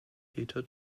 peter